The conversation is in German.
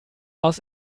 aus